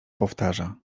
powtarza